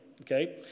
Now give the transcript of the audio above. Okay